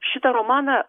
šitą romaną